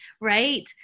right